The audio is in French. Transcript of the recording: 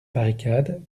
barricade